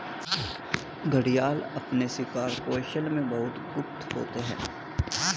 घड़ियाल अपने शिकार कौशल में बहुत गुप्त होते हैं